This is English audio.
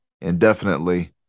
indefinitely